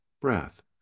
breath